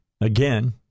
again